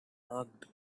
unmarked